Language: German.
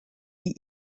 die